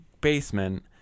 basement